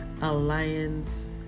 Alliance